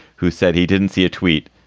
who said he didn't see a tweet.